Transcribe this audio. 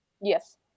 yes